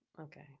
okay